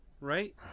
right